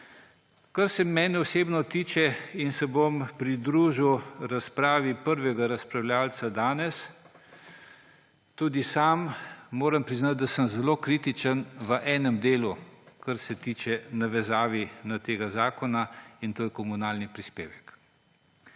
Kar se mene osebno tiče in se bom pridružil razpravi prvega razpravljavca danes, tudi sam, moram priznati, sem zelo kritičen v enem delu, kar se tiče navezave na ta zakon; in to je komunalni prispevek.